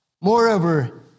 Moreover